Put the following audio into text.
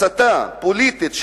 הסתה פוליטית,